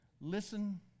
listen